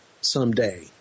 someday